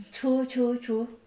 true true true